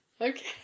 Okay